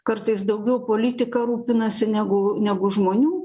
kartais daugiau politika rūpinasi negu negu žmonių